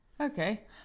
Okay